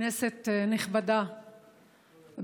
כנסת נכבדה,